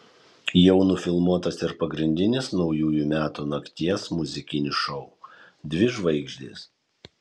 jau nufilmuotas ir pagrindinis naujųjų metų nakties muzikinis šou dvi žvaigždės